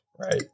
right